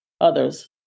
others